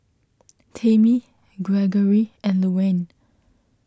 Tamie Greggory and Luanne